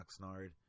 Oxnard